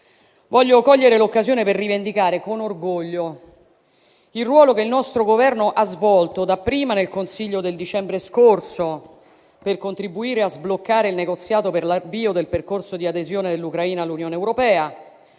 Voglio cogliere l'occasione per rivendicare con orgoglio il ruolo che il nostro Governo ha svolto dapprima nel Consiglio del dicembre scorso per contribuire a sbloccare il negoziato per l'avvio del percorso di adesione dell'Ucraina all'Unione europea